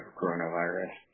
coronavirus